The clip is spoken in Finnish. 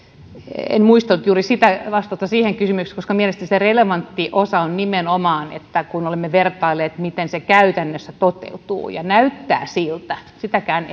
en muistanut vastausta juuri siihen kysymykseen mutta mielestäni se relevantti osa on nimenomaan se kun olemme vertailleet miten se käytännössä toteutuu että näyttää siltä sitäkään